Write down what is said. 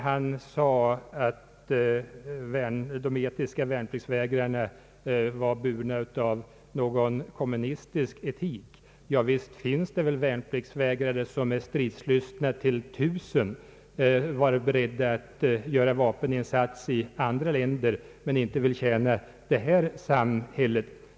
Han påstod att de etiska värnpliktsvägrarna var burna av något slag av kommunistisk etik. Ja, visst finns det värnpliktsvägrare som är stridslystna till tusen, och är beredda att göra vapeninsats i andra länder men inte vill tjäna det här samhället.